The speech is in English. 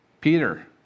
Peter